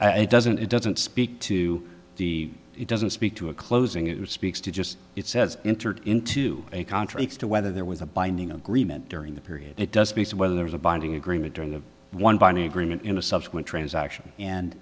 period it doesn't it doesn't speak to the it doesn't speak to a closing it speaks to just it says entered into a contract to whether there was a binding agreement during the period it does speaks of whether there was a binding agreement during a one binding agreement in a subsequent transaction and